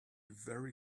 very